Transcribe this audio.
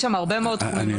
יש שם הרבה מאוד תחומים.